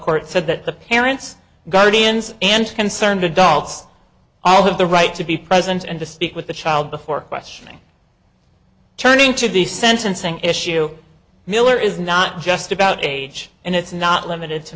court said that the parents guardians and concerned adults all have the right to be present and to speak with the child before questioning turning to the sentencing issue miller is not just about age and it's not limited to